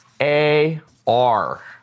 A-R